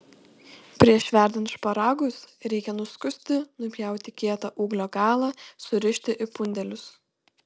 prieš verdant šparagus reikia nuskusti nupjauti kietą ūglio galą surišti į pundelius